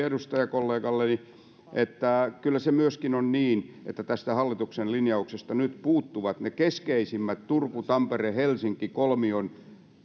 edustajakollegalleni että kyllä se myöskin on niin että tästä hallituksen linjauksesta nyt puuttuvat ne keskeisimmät turku tampere helsinki kolmion